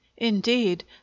Indeed